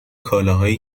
کالاهایی